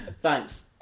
Thanks